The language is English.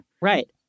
Right